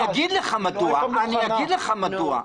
אני אומר לכם מדוע.